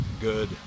good